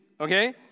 Okay